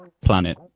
planet